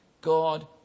God